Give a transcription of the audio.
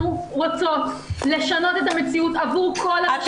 רוצות לשנות את המציאות עבור כל הנשים.